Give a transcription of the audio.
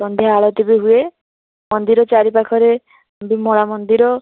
ସନ୍ଧ୍ୟା ଆଳତି ବି ହୁଏ ମନ୍ଦିର ଚାରିପାଖରେ ବିମଳା ମନ୍ଦିର